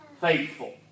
faithful